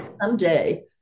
someday